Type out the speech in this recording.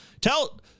Tell